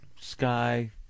sky